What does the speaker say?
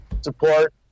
support